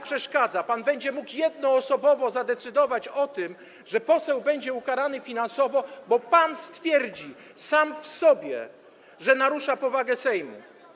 Pan będzie mógł jednoosobowo zadecydować o tym, że poseł będzie ukarany finansowo, bo pan stwierdzi, sam w sobie, że narusza powagę Sejmu.